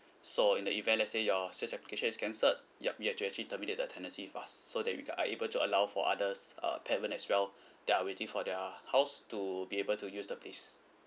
so in the event let's say your sales application is cancelled yup you have to actually terminate the tenancy fast so that we ca~ are able to allow for others uh parent as well that are waiting for their house to be able to use the place